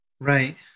Right